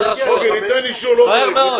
מהר מאוד.